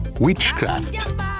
witchcraft